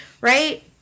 right